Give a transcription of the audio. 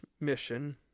mission